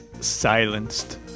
silenced